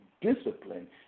discipline